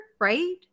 Right